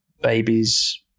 babies